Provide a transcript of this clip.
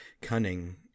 cunning